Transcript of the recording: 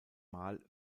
mal